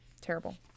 Terrible